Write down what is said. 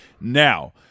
now